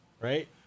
right